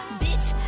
bitch